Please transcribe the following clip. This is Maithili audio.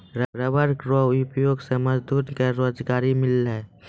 रबर रो उपयोग से मजदूर के रोजगारी मिललै